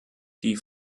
die